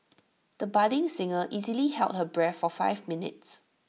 the budding singer easily held her breath for five minutes